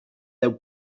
deu